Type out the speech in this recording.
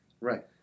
Right